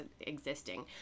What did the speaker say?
existing